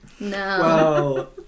No